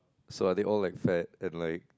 so are they all like fat ugly